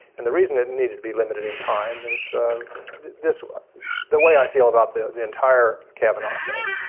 and the reason it needed to be limited in time is this was the way i feel about the the entire cabinet thing.